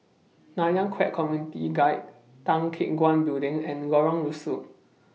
Nanyang Khek Community Guild Tan Teck Guan Building and Lorong Rusuk